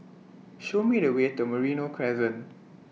Show Me The Way to Merino Crescent